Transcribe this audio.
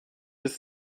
ist